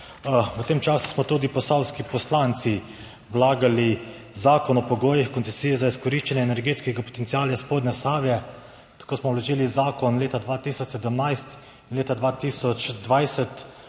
V tem času smo tudi posavski poslanci vlagali Zakon o pogojih koncesije za izkoriščanje energetskega potenciala spodnje Save, tako smo vložili zakon leta 2017 in leta 2020